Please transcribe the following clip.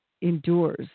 endures